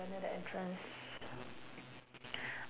you're near the entrance